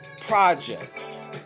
projects